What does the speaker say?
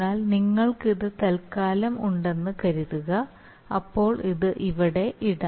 എന്നാൽ നിങ്ങൾക്കത് തൽക്കാലം ഉണ്ടെന്ന് കരുതുക അപ്പോൾ അത് ഇവിടെ ഇടാം